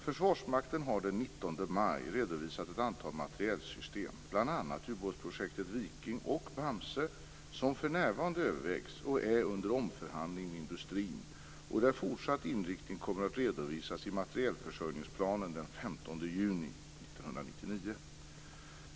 Försvarsmakten har den 19 maj redovisat ett antal materielsystem, bl.a. ubåtsprojektet Viking och Bamse, som för närvarande övervägs och är under omförhandling med industrin och där fortsatt inriktning kommer att redovisas i materielförsörjningsplanen den 15 juni 1999.